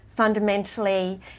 fundamentally